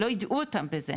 לא יידעו אותם בזה,